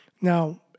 Now